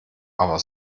aber